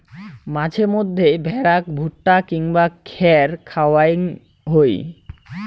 মাঝে মইধ্যে ভ্যাড়াক ভুট্টা কিংবা খ্যার খাওয়াং হই